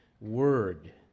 word